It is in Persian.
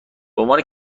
بعنوان